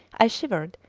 i shivered,